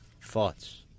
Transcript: Thoughts